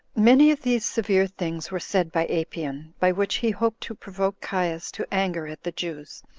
many of these severe things were said by apion, by which he hoped to provoke caius to anger at the jews,